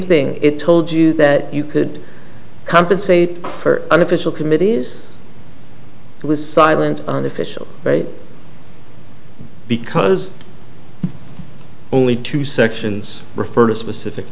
thing it told you that you could compensate for unofficial committees it was silent on official because only two sections refer to specific